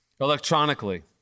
electronically